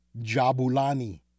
Jabulani